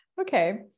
Okay